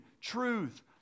truth